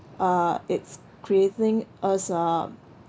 uh it's creating us uh